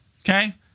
Okay